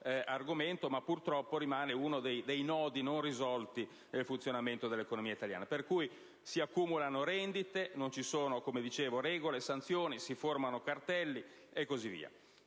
argomento, ma purtroppo rimane uno dei nodi non risolti nel funzionamento dell'economia italiana. Si accumulano rendite, non esistono regole e sanzioni, si formano cartelli, e via